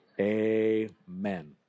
Amen